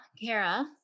Kara